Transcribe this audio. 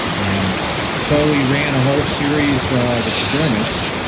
and so we ran a whole series of experiments,